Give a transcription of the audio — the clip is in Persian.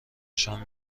نشان